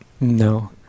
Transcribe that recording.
no